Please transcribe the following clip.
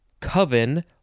coven